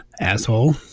asshole